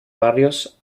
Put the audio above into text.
barrios